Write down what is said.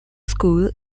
school